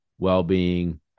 well-being